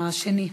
זה השני.